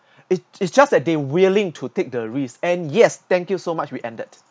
it it just that they willing to take the risk and yes thank you so much we ended